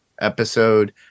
episode